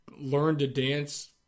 learn-to-dance